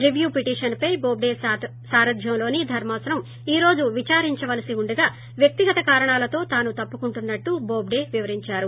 రివ్యూపిటిషన్పై బోల్లే సారధ్యంలోని ధర్మాసనం ఈ రోజు విదారించవలసి ఉండగా వ్యక్తిగత కారణాలతో తాను తప్పుకుంటున్నట్లు బోబ్లే వివరించారు